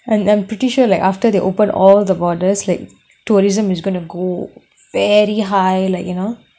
and I'm pretty sure like after they open all the borders like tourism is going to go very high like you know